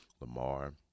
Lamar